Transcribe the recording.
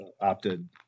opted